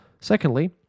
Secondly